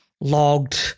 logged